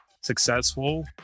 successful